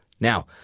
Now